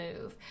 move